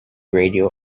radio